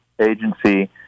agency